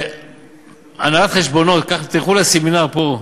הנהלת חשבונות, תלכו לסמינר פה,